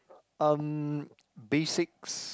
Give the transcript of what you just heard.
um basics